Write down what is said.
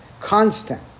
constant